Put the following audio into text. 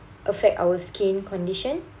affect our skin condition